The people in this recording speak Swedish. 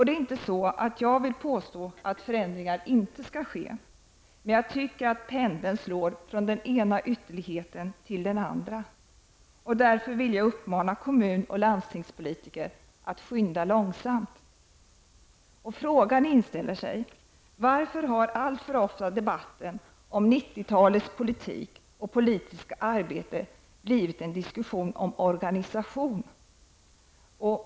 Det är inte så att jag vill påstå att förändringar inte skall ske, men jag tycker att pendeln slår från den ena ytterligheten till den andra, och jag vill därför uppmana kommun och landstingspolitiker att skynda långsamt. Man frågar sig: Varför har alltför ofta debatten om 90-talets politik och politiska arbete blivit en diskussion om organisation?